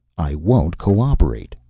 i won't cooperate,